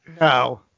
No